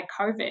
COVID